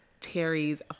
Terry's